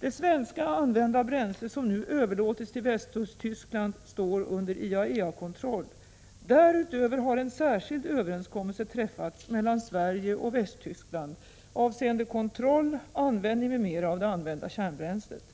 Det svenska använda bränslet som nu överlåtits till Västtyskland står under IAEA-kontroll. Därutöver har en särskild överenskommelse träffats mellan Sverige och Västtyskland avseende kontroll, användning m.m. av det använda kärnbränslet.